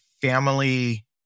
family